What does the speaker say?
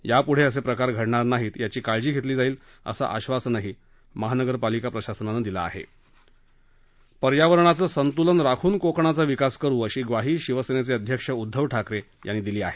यापुढे असे प्रकार घडणार नाहीत याची काळजी घेतली जाईल असञ्राश्वासनही प्रशासनानहिला पर्यावरणाचं सप्तुमिन राखून कोकणाचा विकास करू अशी ग्वाही शिवसेना अध्यक्ष उद्दव ठाकरे याप्ती दिली आहे